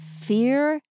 Fear